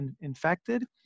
infected